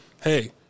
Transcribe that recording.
hey